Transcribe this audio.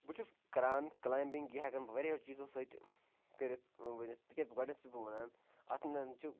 بہٕ چھُس کَران کٕلایمبِنٛگ یہِ ہٮ۪کن بہٕ واریاہو چیٖزو سۭتۍ کٔرِتھ ؤنِتھ تِکیازِ گۄڈٕنٮ۪تھ چھُس بہٕ وَنان اَتھ منٛز چھُ